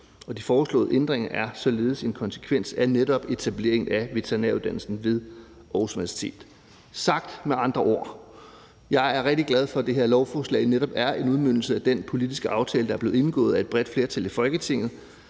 De foreslåede ændringer er således en konsekvens af netop etablering af veterinæruddannelsen ved Aarhus Universitet. Sagt med andre ord er jeg rigtig glad for, at det her lovforslag netop er en udmøntning af den politiske aftale, der er blevet indgået af et bredt flertal i Folketinget,